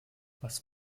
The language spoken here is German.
was